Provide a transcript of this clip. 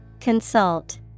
Consult